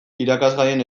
irakasgaian